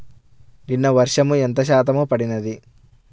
నిన్న వర్షము ఎంత శాతము పడినది?